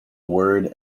word